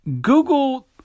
Google